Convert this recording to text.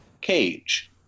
Cage